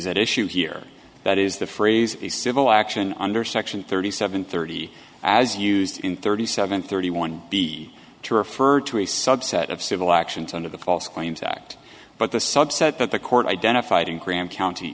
is at issue here that is the phrase a civil action under section thirty seven thirty as used in thirty seven thirty one b to refer to a subset of civil actions under the false claims act but the subset that the court identified in graham county